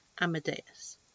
Amadeus